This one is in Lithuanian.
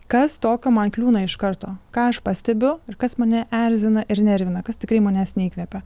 kas tokio man kliūna iš karto ką aš pastebiu ir kas mane erzina ir nervina kas tikrai manęs neįkvepia